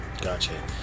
Gotcha